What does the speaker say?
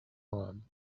harm